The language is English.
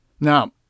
Now